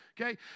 okay